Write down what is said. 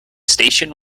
station